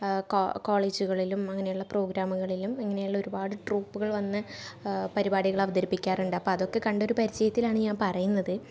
കോളേജുകളിലും അങ്ങനെയുള്ള പ്രോഗ്രാമുകളിലും ഇങ്ങനെയുള്ള ഒരുപാട് ട്രൂപ്പുകൾ വന്ന് പരിപാടികൾ അവതരിപ്പിക്കാറുണ്ട് അപ്പം അതൊക്കെ കണ്ടൊരു പരിചയത്തിലാണ് ഞാൻ പറയുന്നത്